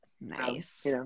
nice